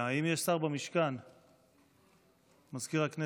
תוכן העניינים מסמכים שהונחו על שולחן הכנסת 3 מזכיר הכנסת